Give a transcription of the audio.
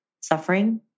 suffering